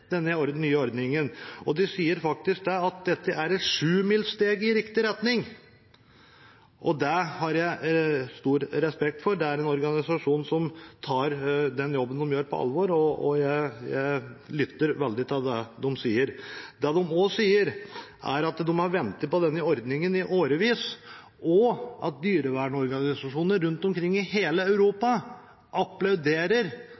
denne nye ordningen. De sier faktisk at dette er et sjumilssteg i riktig retning. Det har jeg stor respekt for, for det er en organisasjon som tar den jobben de gjør, på alvor, og jeg lytter nøye til det de sier. Det de også sier, er at de har ventet på denne ordningen i årevis, og at dyrevernorganisasjoner rundt omkring i hele Europa applauderer